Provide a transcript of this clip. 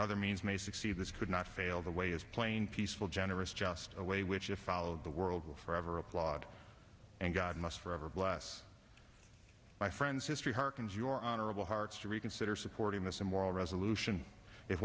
other means may succeed this could not fail the way is plain peaceful generous just a way which if followed the world will forever applaud and god must forever bless my friends history harkins your honorable hearts to reconsider supporting this immoral resolution if